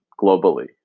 globally